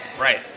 Right